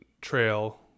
trail